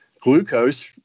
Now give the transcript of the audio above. glucose